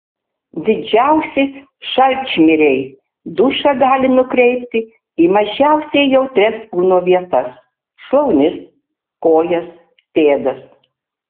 didžiausi šalčmiriai dušą gali nukreipti į mažiausiai jautrias kūno vietas šlaunis kojas pėdas